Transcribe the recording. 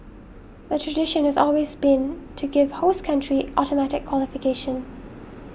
the tradition has always been to give host country automatic qualification